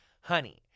Honey